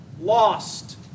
lost